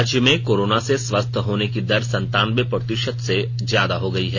राज्य में कोरोना से स्वस्थ होने की दर संतानबे प्रतिशत से ज्यादा हो गई है